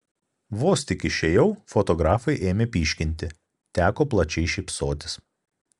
vos tik išėjau fotografai ėmė pyškinti teko plačiai šypsotis